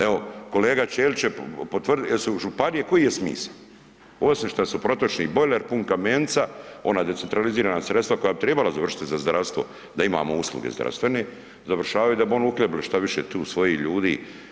Evo kolega Ćelić će potvrdit, jesul županije koji je smisao osim šta su protočni bojler pun kamenca, ona decentralizirana sredstva koja bi tribala završiti za zdravstvo da imamo usluge zdravstvene, završavaju da bi oni uhljebili što više svojih ljudi.